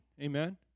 Amen